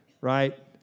right